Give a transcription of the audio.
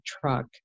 truck